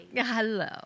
Hello